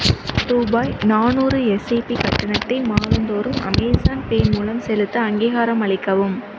ரூபாய் நானூறு எஸ்ஐபி கட்டணத்தை மாதந்தோறும் அமேசான் பே மூலம் செலுத்த அங்கீகாரம் அளிக்கவும்